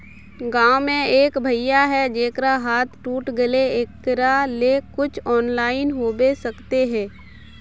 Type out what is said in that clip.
गाँव में एक भैया है जेकरा हाथ टूट गले एकरा ले कुछ ऑनलाइन होबे सकते है?